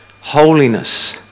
holiness